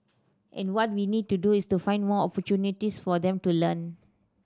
and what we need to do is to find more opportunities for them to learn